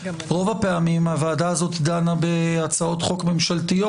רוב הפעמים הוועדה הזאת דנה בהצעות חוק ממשלתיות.